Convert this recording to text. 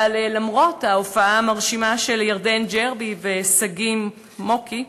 ולמרות ההופעה המרשימה של ירדן ג'רבי ושגיא מוקי,